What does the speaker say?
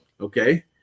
Okay